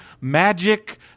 magic